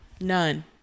none